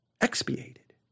expiated